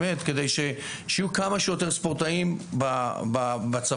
כדי שיהיו כמה שיותר ספורטאים בצבא.